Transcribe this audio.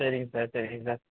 சரிங்க சார் சரிங்க சார்